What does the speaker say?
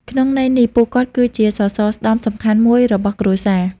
ក្នុងន័យនេះ ពួកគាត់គឺជាសរសរស្តម្ភសំខាន់មួយរបស់គ្រួសារ។